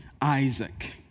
Isaac